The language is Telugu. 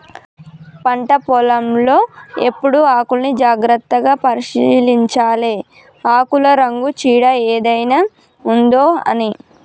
పంట పొలం లో ఎప్పుడు ఆకుల్ని జాగ్రత్తగా పరిశీలించాలె ఆకుల రంగు చీడ ఏదైనా ఉందొ అని